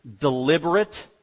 deliberate